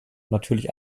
natürlich